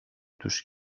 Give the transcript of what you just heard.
τους